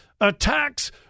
attacks